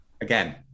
again